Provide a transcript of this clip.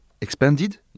expanded